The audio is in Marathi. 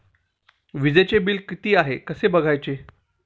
वीजचे बिल किती आहे कसे बघायचे?